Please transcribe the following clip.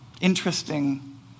interesting